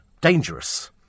dangerous